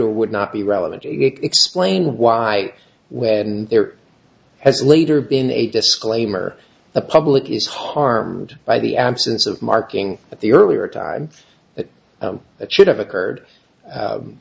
or would not be relevant to explain why when there has later been a disclaimer the public is harmed by the absence of marking at the earlier time that it should have occurred